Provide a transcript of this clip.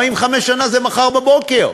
45 שנה זה מחר בבוקר.